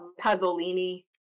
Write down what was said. Pasolini